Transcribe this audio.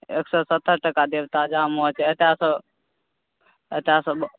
एक सए सत्तरि टाका देब ताजा माछ एतयसँ एतयसँ